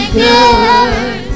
good